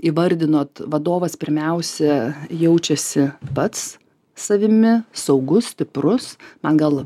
įvardinot vadovas pirmiausia jaučiasi pats savimi saugus stiprus man gal